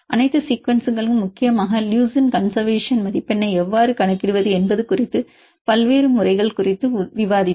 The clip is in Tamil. அனைத்து சீக்குவன்ஸ்களும் முக்கியமாக LEU கன்செர்வேசன் மதிப்பெண்ணை எவ்வாறு கணக்கிடுவது என்பது குறித்த பல்வேறு முறைகள் குறித்து விவாதித்தோம்